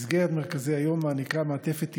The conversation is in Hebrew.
מסגרת מרכזי היום מעניקה מעטפת טיפולית,